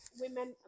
women